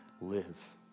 live